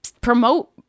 promote